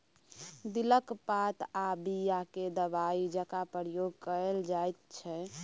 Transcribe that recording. दिलक पात आ बीया केँ दबाइ जकाँ प्रयोग कएल जाइत छै